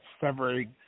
severing